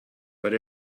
but